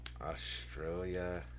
Australia